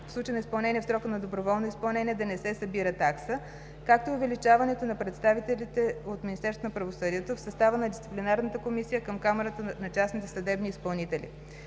в случай на изпълнение в срока на доброволно изпълнение да не се събира такса, както и увеличаване на представителите от Министерството на правосъдието в състава на дисциплинарната комисия към Камарата на частните съдебни изпълнители.